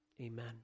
amen